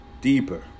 deeper